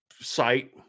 site